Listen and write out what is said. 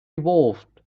evolved